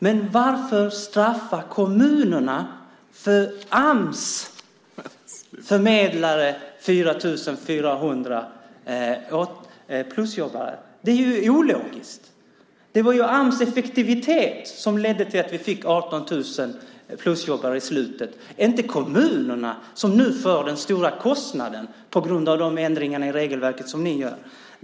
Men varför straffa kommunerna för att Ams förmedlade 4 400 plusjobb? Det är ologiskt. Det var ju Ams effektivitet som ledde till att vi till slut fick 18 000 plusjobbare. Det var inte kommunerna, som nu får stora kostnader på grund av de ändringar som görs i regelverket.